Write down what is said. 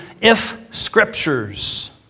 if-scriptures